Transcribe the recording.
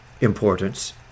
importance